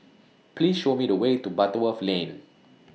Please Show Me The Way to Butterworth Lane